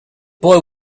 boy